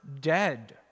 dead